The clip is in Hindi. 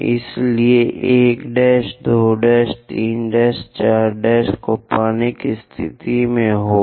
इसलिए 1 2 3 4 को पाने की स्थिति में होगा